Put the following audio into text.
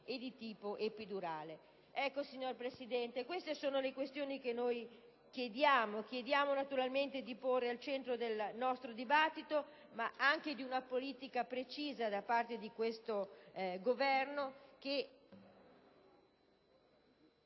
e di tipo epidurale. Signor Presidente, queste sono le questioni che chiediamo di porre al centro del nostro dibattito, ma anche di una politica precisa da parte di questo Governo che